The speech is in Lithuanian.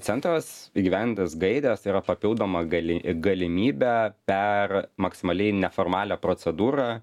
centras įgyvendintas gaires yra papildoma gali galimybė per maksimaliai neformalią procedūrą